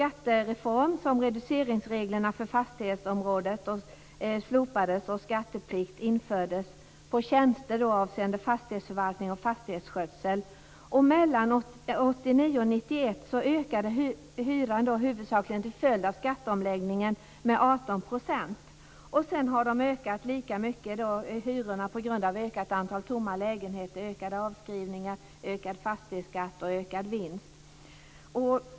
18 %. Sedan har de ökat lika mycket på grund av ökat antal tomma lägenheter, ökade avskrivningar, ökad fastighetsskatt och ökad vinst.